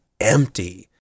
empty